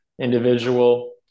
individual